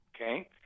Okay